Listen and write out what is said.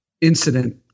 incident